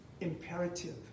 imperative